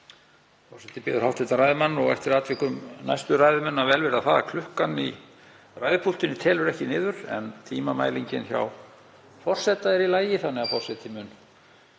Forseti biður hv. ræðumann og eftir atvikum næstu ræðumenn að velvirða það að klukkan í ræðupúltinu telur ekki niður, en tímamælingin hjá forseta er í lagi þannig að forseti mun